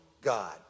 God